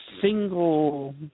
single